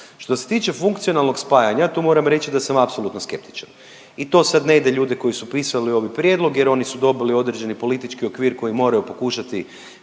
Što se tiče funkcionalnog spajanja tu moram reći da sam apsolutno skeptičan i to sad ne ide ljude koji su pisali ovaj prijedlog, jer oni su dobili određeni politički okvir koji moraju pokušati